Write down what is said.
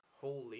holy